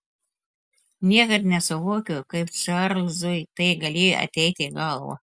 niekad nesuvokiau kaip čarlzui tai galėjo ateiti į galvą